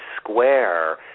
square